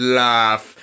laugh